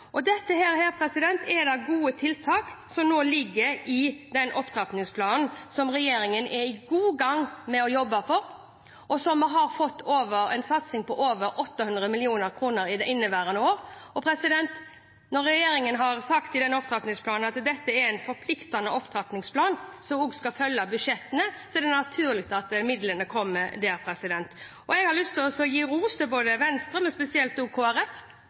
opp dette. Men det viktigste vi kan gjøre, er å snakke med barn og sørge for at de som jobber med barn, har kunnskap, ser og snakker med barna og vet hvordan de skal handle. Her er det gode tiltak som nå ligger i den opptrappingsplanen regjeringen er godt i gang med, og som har fått en satsing på over 800 mill. kr i inneværende år. Og når regjeringen har sagt at det er en forpliktende opptrappingsplan som skal følge budsjettene, er det naturlig at midlene kommer der. Jeg har lyst til å gi ros til